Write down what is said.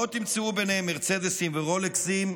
לא תמצאו ביניהם מרצדסים ורולקסים,